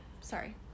Sorry